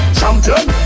champion